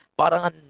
parang